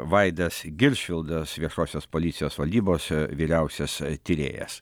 vaidas giršvildas viešosios policijos valdybos vyriausias tyrėjas